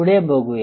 पुढे बघूया